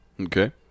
Okay